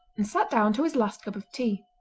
and sat down to his last cup of tea.